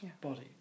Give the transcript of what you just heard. body